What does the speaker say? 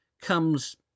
comes